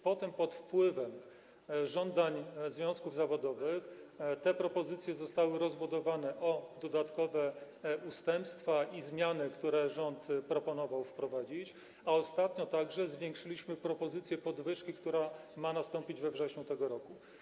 Potem pod wpływem żądań związków zawodowych te propozycje zostały rozbudowane o dodatkowe ustępstwa i zmiany, które rząd proponował wprowadzić, a ostatnio także zwiększyliśmy propozycję podwyżki, która ma nastąpić we wrześniu tego roku.